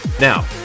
Now